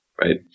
right